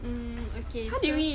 mm okay so